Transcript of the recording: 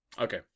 Okay